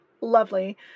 lovely